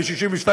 ו-62,